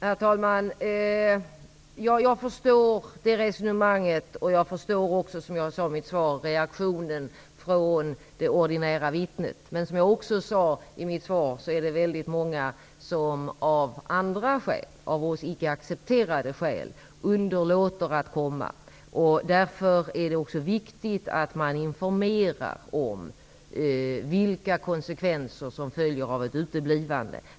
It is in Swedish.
Herr talman! Jag förstår det resonemanget, och jag förstår också, som jag sade i svaret, reaktionen från det ordinära vittnet. Men som jag också sade i mitt svar är det väldigt många som av andra skäl, av oss icke accepterade skäl, underlåter att komma. Därför är det också viktigt att man informerar om vilka konsekvenser som följer av ett uteblivande.